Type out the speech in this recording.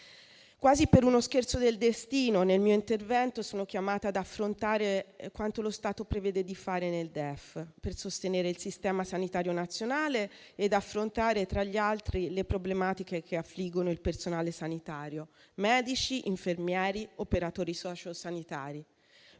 Quasi per uno scherzo del destino nel mio intervento sono chiamata ad affrontare il tema di ciò che lo Stato prevede di fare nel DEF per sostenere il sistema sanitario nazionale e a trattare, tra le altre, le problematiche che affliggono il personale sanitario (medici, infermieri e operatori sociosanitari).